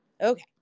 Okay